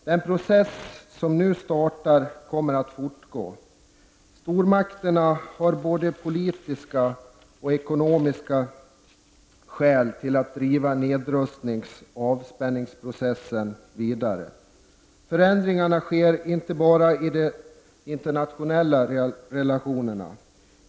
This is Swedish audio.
Den process som nu har startat kommer att fortgå. Stormakterna har både politiska och ekonomiska skäl att driva nedrustnings och avspänningsprocessen vidare. Förändringarna sker inte bara i de internationella relationerna.